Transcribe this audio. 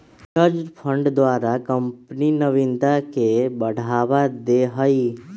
research fund द्वारा company नविनता के बढ़ावा दे हइ